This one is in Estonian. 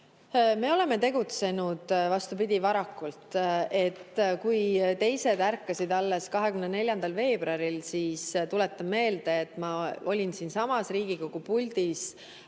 Me oleme tegutsenud, vastupidi, varakult. Kui teised ärkasid alles 24. veebruaril, siis tuletan meelde, et mina olin siinsamas Riigikogu puldis